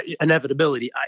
inevitability